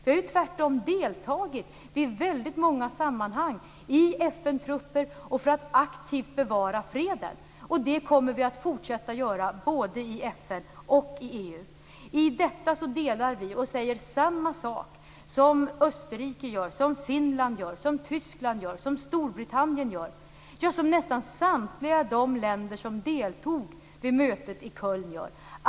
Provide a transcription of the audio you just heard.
Vi har tvärtom deltagit i väldigt många sammanhang i FN trupper och för att aktivt bevara freden. Det kommer vi att fortsätta att göra både i FN och i EU. I detta säger vi samma sak som Österrike, Finland, Tyskland, Storbritannien gör och som nästan samtliga de länder som deltog vid mötet i Köln gör.